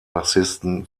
bassisten